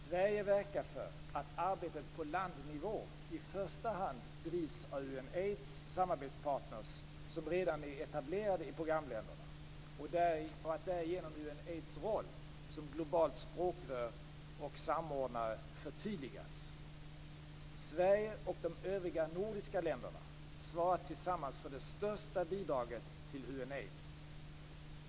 Sverige verkar för att arbetet på landnivå i första hand drivs av Unaids samarbetspartner som redan är etablerade i programländerna och att därigenom Unaids roll som globalt språkrör och samordnare förtydligas. Sverige och de övriga nordiska länderna svarar tillsammans för det största bidraget till Unaids.